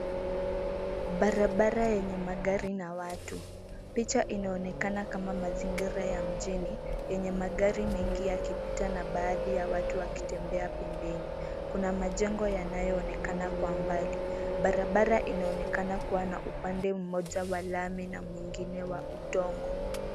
Barabara yenye magari na watu . Picha ianoenakana kama mazingira ya mjini, yenye magari mengi yakipita na baadhiya watu wakitembea pembeni .Kuna majengo yanayoonekana kwa mbali. Barabara inaonekana kuwa na upande mmoja wa lami mwingine wa udongo.